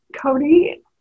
Cody